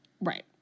right